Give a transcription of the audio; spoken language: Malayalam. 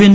എൻ